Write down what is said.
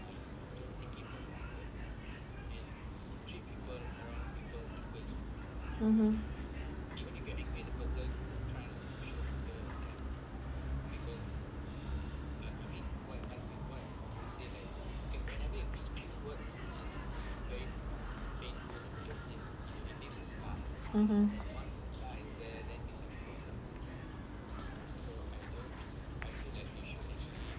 mmhmm mmhmm